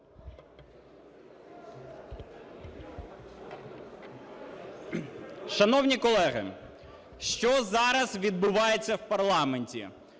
Шановні колеги, що зараз відбувається у парламенті?